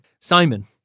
Simon